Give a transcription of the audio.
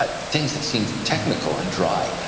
ah things that seemed technical and dry,